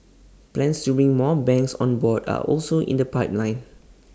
plans to bring more banks on board are also in the pipeline